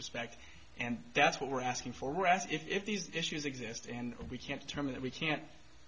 respect and that's what we're asking for whereas if these issues exist and we can't determine that we can't